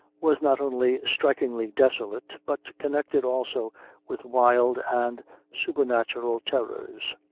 was not only strikingly desolate, but connected also with wild and supernatural terrors.